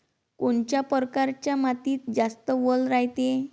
कोनच्या परकारच्या मातीत जास्त वल रायते?